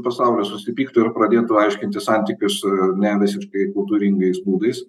pasaulis susipyktų ir pradėtų aiškintis santykius nevisiškai kultūringais būdais